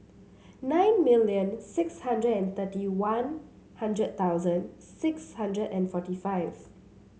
nine million six hundred and thirty One Hundred thousand six hundred and forty five